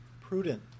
prudent